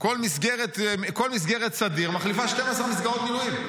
כל מסגרת סדיר מחליפה 12 מסגרות מילואים.